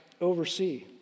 oversee